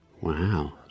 Wow